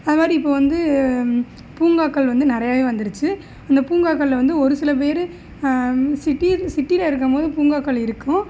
அதுமாதிரி இப்போ வந்து பூங்காக்கள் வந்து நிறையாவே வந்துடுச்சு இந்த பூங்காக்களில் வந்து ஒரு சில பேர் சிட்டி சிட்டியிலருக்கும்போது பூங்காக்கள் இருக்கும்